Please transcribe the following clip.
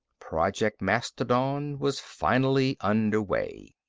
project mastodon was finally under way.